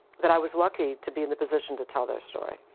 that i was lucky to be in the position to tell their story.